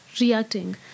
reacting